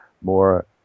more